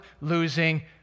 losing